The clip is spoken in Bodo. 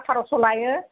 आतारस' लायो